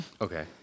Okay